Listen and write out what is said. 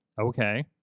Okay